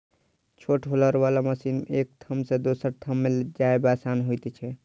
छोट हौलर बला मशीन के एक ठाम सॅ दोसर ठाम ल जायब आसान होइत छै